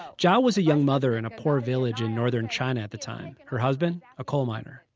zhao was a young mother in a poor village in northern china at the time her husband, a coal miner.